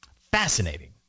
Fascinating